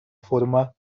forma